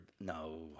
no